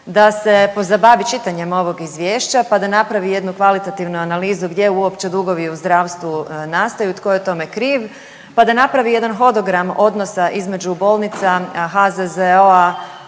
da se pozabavi čitanjem ovog Izvješća pa da napravi jednu kvalitativnu analizu gdje uopće dugovi u zdravstvu nastaju, tko je tome kriv pa da napravi jedan hodogram odnosa između bolnica, HZZO-a,